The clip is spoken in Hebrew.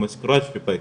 כמו סקרץ' ופנטון,